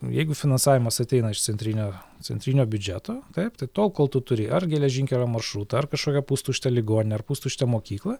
jeigu finansavimas ateina iš centrinio centrinio biudžeto taip tai tol kol tu turi ar geležinkelio maršrutą ar kažkokią pustuštę ligoninę ar pustuštę mokyklą